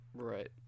Right